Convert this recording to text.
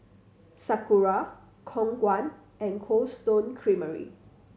Sakura Khong Guan and Cold Stone Creamery